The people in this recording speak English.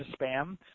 spam